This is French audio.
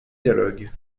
dialogue